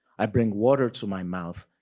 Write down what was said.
i bring water to my mouth,